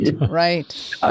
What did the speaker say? right